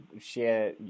share